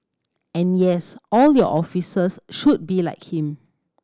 and yes all your officers should be like him